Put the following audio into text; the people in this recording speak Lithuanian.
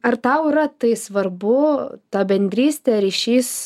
ar tau yra tai svarbu ta bendrystė ryšys